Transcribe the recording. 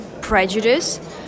prejudice